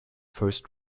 first